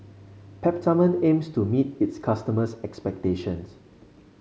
Peptamen aims to meet its customers' expectation